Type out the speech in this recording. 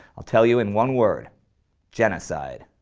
i'll tell you in one word genocide.